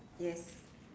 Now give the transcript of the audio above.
yes